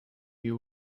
you